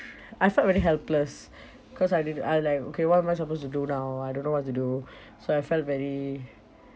I felt really helpless cause I didn't I like okay what am I supposed to do now I don't know what to do so I felt very